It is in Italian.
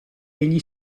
egli